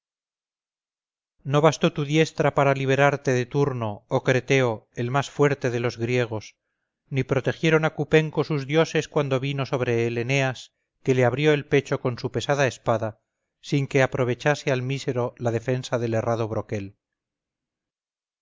no bastó tu diestra para liberarte de turno oh creteo el más fuerte de los griegos ni protegieron a cupenco sus dioses cuando vino sobre él eneas que le abrió el pecho con su pesada espada sin que aprovechase al mísero la defensa del herrado broquel